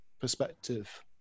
perspective